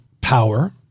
power